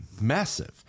Massive